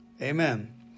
Amen